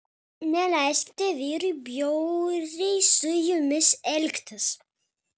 neleiskite vyrui bjauriai su jumis elgtis